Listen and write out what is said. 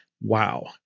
Wow